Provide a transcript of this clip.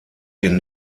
den